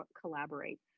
collaborate